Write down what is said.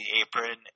apron